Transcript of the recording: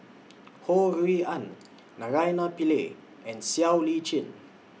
Ho Rui An Naraina Pillai and Siow Lee Chin